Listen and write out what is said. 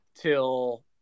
till